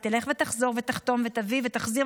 תלך ותחזור ותחתום ותביא ותחזיר.